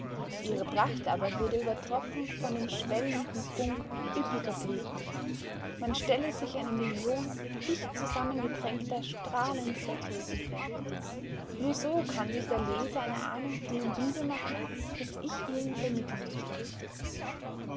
ihre pracht aber wurde übertroffen von dem schwellenden prunk üppiger blüten man stelle sich eine million dicht zusammengedrängter strahlendster tulpen vor nur so kann sich der leser eine ahnung von dem bilde machen das ich ihm vermitteln möchte